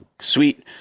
sweet